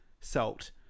salt